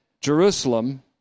Jerusalem